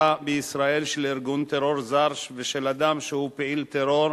בישראל של ארגון טרור זר ושל אדם שהוא פעיל טרור,